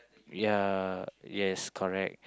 ya yes correct